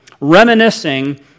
reminiscing